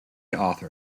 author